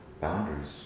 Boundaries